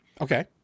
Okay